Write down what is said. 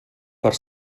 per